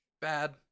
Bad